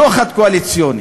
לשוחד קואליציוני,